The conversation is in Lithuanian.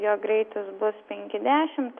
jo greitis bus penki dešimt